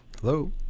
Hello